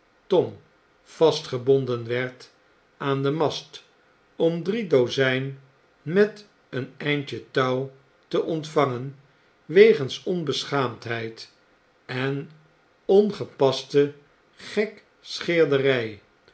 tom vastgebonden werd aan den mast om drie dozfln met een eindje touw te ontvangen wegens onbeschaamdheid en ongepaste